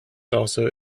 also